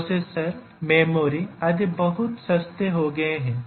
processor memory आदि बहुत सस्ते हो गए हैं